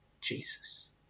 Jesus